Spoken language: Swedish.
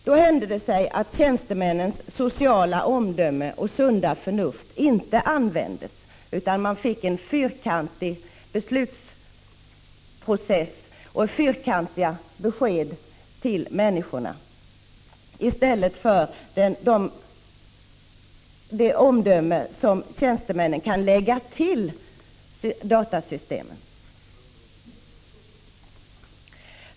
Då hände det att tjänstemännens sociala omdöme och sunda förnuft inte användes, utan man fick en fyrkantig beslutsprocess och fyrkantiga besked till människorna. I stället kan ju tjänstemännen genom sitt omdöme tillföra datasystemet olika kvaliteter.